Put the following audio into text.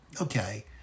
okay